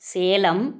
Salem